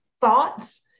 Thoughts